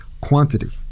quantity